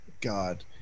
God